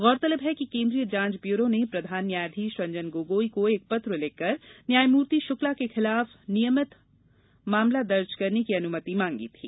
गौरतलब है कि केन्द्रीय जांच ब्युरो ने प्रधान न्यायाधीश रंजन गोगोई को एक पत्र लिखकर न्यायमूर्ति शुक्ला के खिलाफ नियमित मामला दर्ज करने की अनुमति मांगी थी